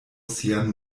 sian